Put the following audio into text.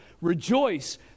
rejoice